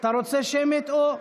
אתה רוצה שמית או לא?